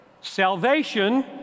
salvation